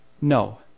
No